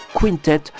quintet